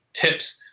tips